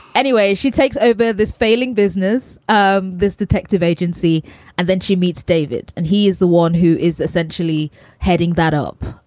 anyway, she takes over this failing business, um this detective agency and then she meets david. and he is the one who is essentially heading that up.